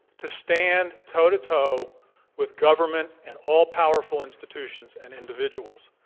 to stand toe to toe with government and all-powerful institutions and individuals.